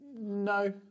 no